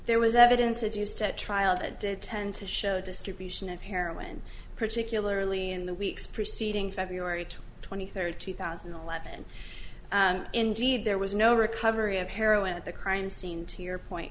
there was evidence a deuced at trial that did tend to show distribution of heroin particularly in the weeks preceding february to twenty thirty thousand eleven and indeed there was no recovery of heroin at the crime scene to your point